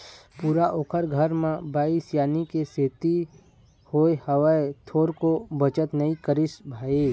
पूरा ओखर घर म बाई सियानी के सेती होय हवय, थोरको बचत नई करिस भई